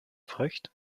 vrucht